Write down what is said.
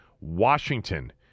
Washington